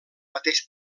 mateix